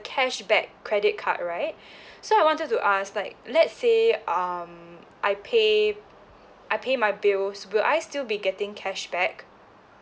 cashback credit card right so I wanted to ask like let's say um I pay I pay my bills will I still be getting cashback